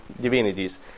divinities